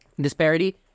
disparity